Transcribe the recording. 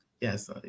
Yes